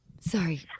sorry